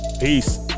Peace